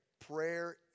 Prayer